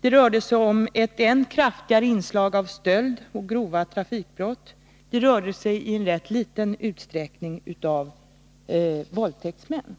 Det rörde sig om ett kraftigt inslag av stöld och grova trafikbrott och i liten utsträckning om våldtäktsmän.